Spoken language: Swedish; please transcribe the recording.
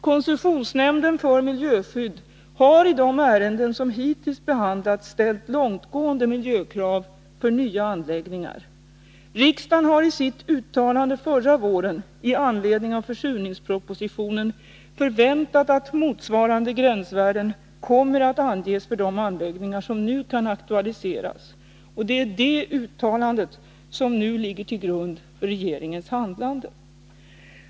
Koncessionsnämnden för miljöskydd har i de ärenden som hittills behandlats ställt långtgående miljökrav för nya anläggningar. Riksdagen har i sitt uttalande förra våren med anledning av försurningspropositionen förväntat att motsvarande gränsvärden kommer att anges för de anläggningar som nu kan aktualiseras. Dessa uttalanden ligger till grund för regeringens handlande i dessa frågor.